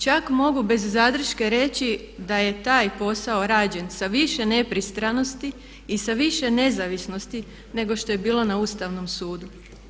Čak mogu bez zadrške reći da je taj posao rađen sa više nepristranosti i sa više nezavisnosti nego što je bilo na Ustavnom sudu.